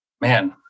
man